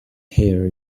hair